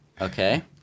Okay